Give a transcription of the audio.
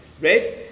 right